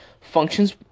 functions